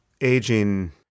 aging